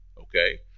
okay